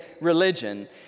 religion